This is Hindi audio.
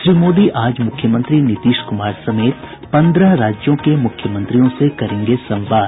श्री मोदी आज मुख्यमंत्री नीतीश कुमार समेत पन्द्रह राज्यों के मुख्यमंत्रियों से करेंगे संवाद